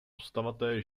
postava